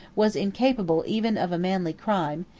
was incapable even of a manly crime,